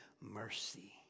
mercy